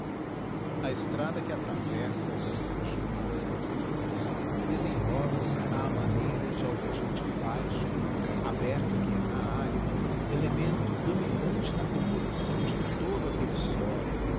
a estrada que atravessa essas regiões incultas desenrola se á maneira de alvejante faixa aberta que é na aréa elemento dominante na composição de todo aquelle eóio